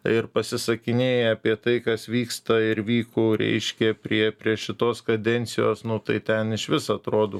ir pasisakinėja apie tai kas vyksta ir vyko reiškia prie prie šitos kadencijos nu tai ten išvis atrodo